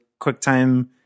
QuickTime